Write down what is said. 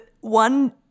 one